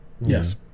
Yes